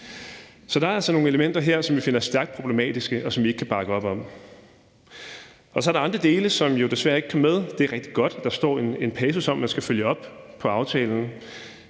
Så der er altså nogle elementer her, som vi finder stærkt problematiske, og som vi ikke kan bakke op om. Så er der andre dele, som jo desværre ikke kom med. Det er rigtig godt, at der står en passus om, at man skal følge op på aftalen.